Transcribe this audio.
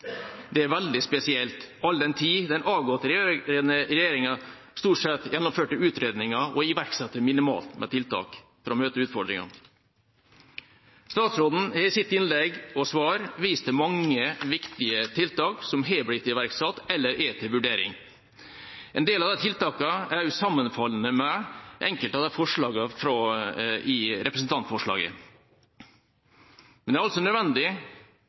Det er veldig spesielt, all den tid den avgåtte regjeringa stort sett gjennomførte utredninger og iverksatte minimalt med tiltak for å møte utfordringene. Statsråden har i sitt innlegg og svar vist til mange viktige tiltak som har blitt iverksatt eller er til vurdering. En del av tiltakene er sammenfallende med enkelte av forslagene i representantforslaget. Men det er også nødvendig,